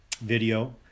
video